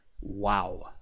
Wow